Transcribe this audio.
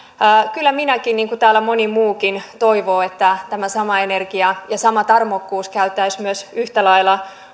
kyllä minäkin niin kuin täällä moni muukin toivon että tämä sama energia ja sama tarmokkuus käytäisiin myös yhtä lailla